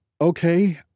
okay